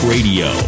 Radio